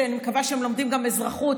ואני מקווה שהם לומדים גם אזרחות,